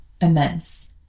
immense